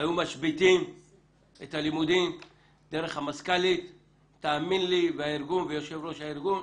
היו משביתים את הלימודים דרך המזכ"לית והארגון ויושב-ראש הארגון.